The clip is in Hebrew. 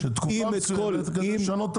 זה מה שהצעתי, תקופה מסוימת כדי לשנות את התב"ע.